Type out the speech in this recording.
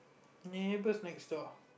neighbours next door